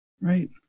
Right